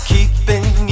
Keeping